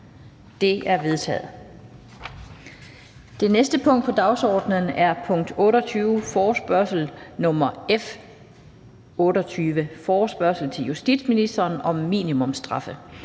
Det er vedtaget. --- Det næste punkt på dagsordenen er: 28) Forespørgsel nr. F 28: Forespørgsel til justitsministeren: Hvad kan ministeren